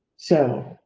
so,